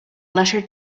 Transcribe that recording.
letter